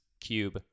cube